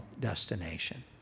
destination